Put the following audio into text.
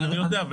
אני יודע.